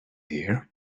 dear